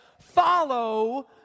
follow